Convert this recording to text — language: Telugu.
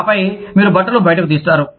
ఆపై మీరు బట్టలు బయటకు తీస్తారు